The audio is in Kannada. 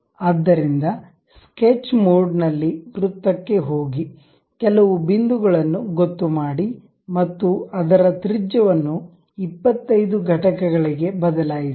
ಆದ್ದರಿಂದ ಸ್ಕೆಚ್ ಮೋಡ್ನಲ್ಲಿ ವೃತ್ತಕ್ಕೆ ಹೋಗಿ ಕೆಲವು ಬಿಂದುಗಳನ್ನು ಗೊತ್ತು ಮಾಡಿ ಮತ್ತು ಅದರ ತ್ರಿಜ್ಯವನ್ನು 25 ಘಟಕಗಳಿಗೆ ಬದಲಾಯಿಸಿ